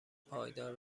پایدار